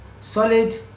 solid